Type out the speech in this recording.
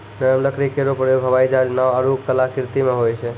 नरम लकड़ी केरो प्रयोग हवाई जहाज, नाव आरु कलाकृति म होय छै